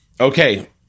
Okay